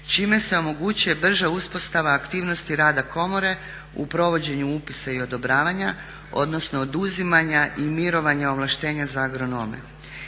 čime se omogućuje brža uspostava aktivnosti rada komore u provođenju upisa i odobravanja odnosno oduzimanja i mirovanja ovlaštenja za agronome.